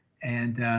and